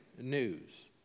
news